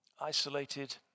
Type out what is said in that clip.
isolated